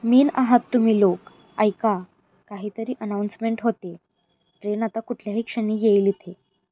main आहात तुम्ही लोक ऐका काहीतरी अनाउन्समेंट होते ट्रेन आता कुठल्याही क्षणी येईल इथे